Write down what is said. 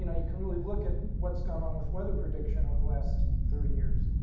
you know you can really look at what's going on with weather prediction over the last thirty years.